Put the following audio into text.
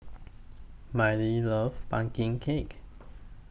Miley loves Pumpkin Cake